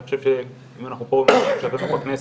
ואני חושב שאם אנחנו פה בתוך הכנסת,